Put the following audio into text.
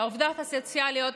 לעובדות הסוציאליות,